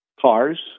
cars